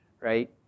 right